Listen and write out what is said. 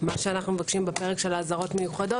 אנחנו מוסיפים את ההפרה של יצרן או יבואן,